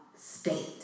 state